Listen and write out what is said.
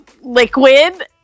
Liquid